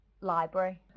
library